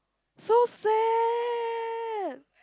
so sad